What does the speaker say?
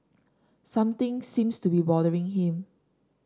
something seems to be bothering him